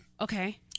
okay